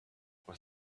was